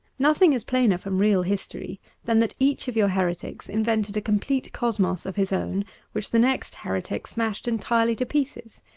nothing is plainer from real history than that each of your heretics invented a complete cosmos of his own which the next heretic smashed entirely to pieces.